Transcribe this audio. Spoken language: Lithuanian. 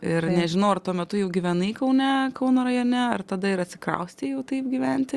ir nežinau ar tuo metu jau gyvenai kaune kauno rajone ar tada ir atsikraustei jau taip gyventi